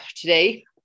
today